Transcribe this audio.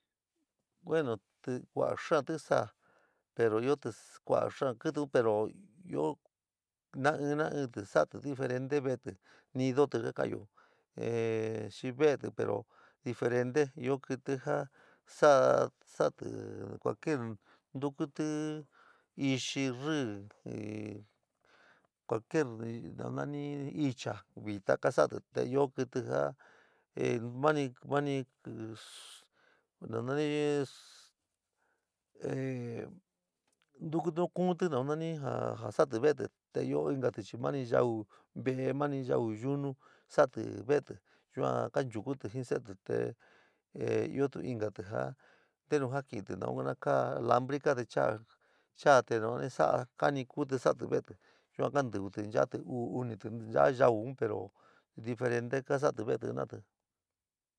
Bueno, te kua vaa ti sa´a pero kas kuaá xaa kítí in pero íu, no ín, nain sa´atí diferente, va´atií, ntidotí karabí yua remaníí veetí, pero diferente ío kíntí. Jaa sora saretí te cualquier ntukustí textí ree, casualíree nu naní techá vida kasayó te ío kíntí na naní, naní soó sth, sueveh, tuku. Ní kunítí noo naní para salantí veetíí te ío intalí maníí yua veeyí yua yunúí salantí yuta yua kanchulotí jíí saretíí yua ti. Satíntiríí joo meno sakinte te monta dalivioí koa te cuaá, chara noun ní sad kaníí kúitíí yua kantívítí uu unití nuu nchaa yaau pero diferente kaa sa´ate ve´etíí jana´atí.